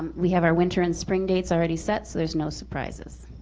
um we have our winter and spring dates already set, so there's no surprises.